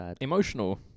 emotional